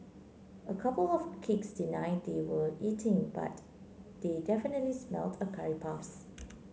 a couple of kids denied they were eating but they definitely smelled a curry puffs